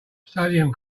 sodium